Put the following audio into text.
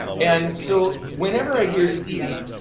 and so whenever i hear stevie,